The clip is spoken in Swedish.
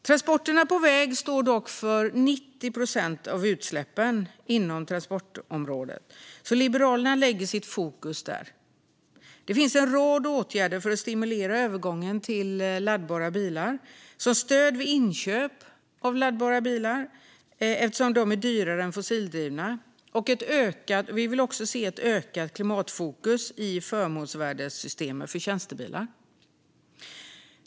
Transporterna på väg står dock för 90 procent av utsläppen inom transportområdet, så Liberalerna lägger sitt fokus där. Det finns en rad åtgärder för att stimulera övergången till laddbara bilar, som stöd vid inköp av laddbara bilar eftersom de är är dyrare än fossildrivna. Vi i Liberalerna vill också se ett ökat klimatfokus i förmånsvärdessystemet för tjänstebilar.